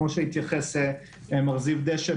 כמו שהתייחס מר זיו דשא,